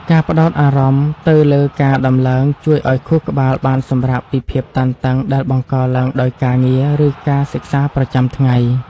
ការផ្ដោតអារម្មណ៍ទៅលើការដំឡើងជួយឱ្យខួរក្បាលបានសម្រាកពីភាពតានតឹងដែលបង្កឡើងដោយការងារ ឬការសិក្សាប្រចាំថ្ងៃ។